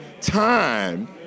time